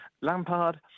Lampard